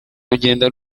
rugenda